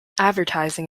advertising